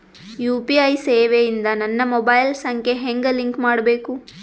UPI ಸೇವೆ ಇಂದ ನನ್ನ ಮೊಬೈಲ್ ಸಂಖ್ಯೆ ಹೆಂಗ್ ಲಿಂಕ್ ಮಾಡಬೇಕು?